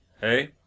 Hey